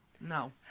No